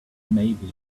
maybe